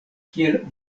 kiel